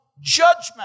judgment